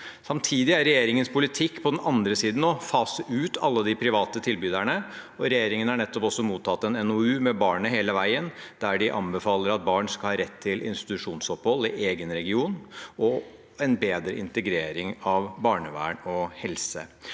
Samtidig er regjeringens politikk på den andre siden å fase ut alle de private tilbyderne. Regjeringen har nettopp også mottatt en NOU, Med barnet hele vegen, der de anbefaler at barn skal ha rett til institusjonsopphold i egen region og en bedre integrering av barnevern og helse,